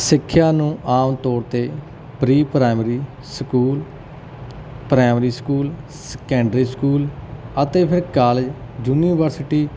ਸਿੱਖਿਆ ਨੂੰ ਆਮ ਤੌਰ 'ਤੇ pre primary school primary school secondary school ਅਤੇ ਫਿਰ ਕਾਲਜ ਯੂਨੀਵਰਸਿਟੀ